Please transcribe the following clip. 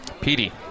Petey